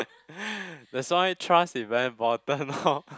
that's why trust is very important orh